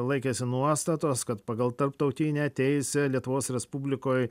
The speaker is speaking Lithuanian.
laikėsi nuostatos kad pagal tarptautinę teisę lietuvos respublikoj